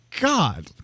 God